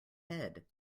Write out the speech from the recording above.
head